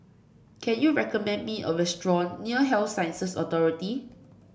can you recommend me a restaurant near Health Sciences Authority